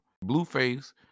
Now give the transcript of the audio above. Blueface